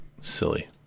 silly